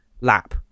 lap